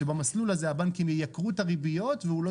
שבמסלול הזה הבנקים ייקרו את הריביות והוא לא